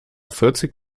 vierzig